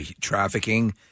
trafficking